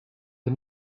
the